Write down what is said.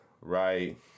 right